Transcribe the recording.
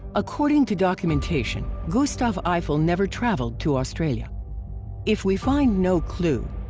according to documentation, gustave eiffel never traveled to australia if we find no clue,